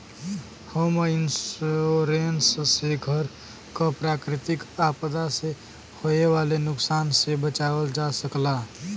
home insurance से घर क प्राकृतिक आपदा से होये वाले नुकसान से बचावल जा सकला